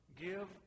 Give